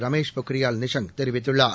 ரமேஷ் பொக்ரியால் நிஷாங் தெரிவித்துள்ளார்